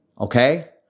Okay